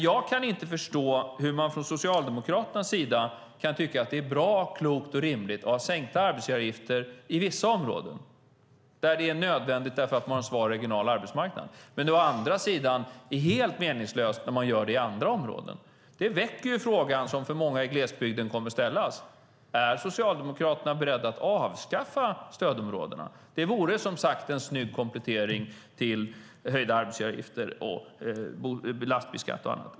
Jag kan inte förstå hur man från Socialdemokraternas sida kan tycka att det är bra, klokt och rimligt att ha sänkta arbetsgivaravgifter i vissa områden, där det är nödvändigt för att man har en svag regional arbetsmarknad, medan det samtidigt är helt meningslöst att ha det i andra områden. Det väcker den fråga som många i glesbygden kommer att ställa: Är Socialdemokraterna beredda att avskaffa stödområdena? Det vore som sagt en snygg komplettering till höjda arbetsgivaravgifter, lastbilsskatt och annat.